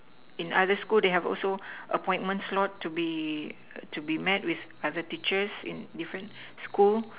in other school they have also appointment slot to be to be met with other teacher in different school